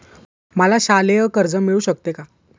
मला शालेय कर्ज मिळू शकते का?